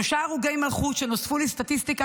שלושה הרוגי מלכות שנוספו לסטטיסטיקה